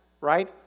right